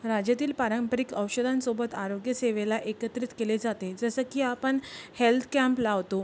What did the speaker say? राज्यातील पारंपरिक औषधांसोबत आरोग्यसेवेला एकत्रित केले जाते जसं की आपण हेल्त कँम्प लावतो